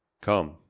come